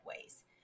ways